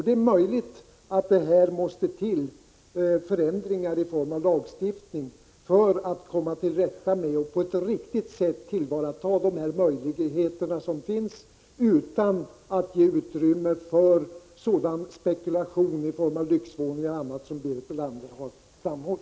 Det är möjligt att det på det området måste bli lagstiftning för att vi skall kunna tillvarata alla möjligheter utan att ge utrymme för spekulation i lyxvåningar m.m., som Berit Bölander framhöll.